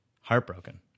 heartbroken